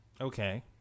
Okay